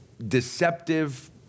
deceptive